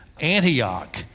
Antioch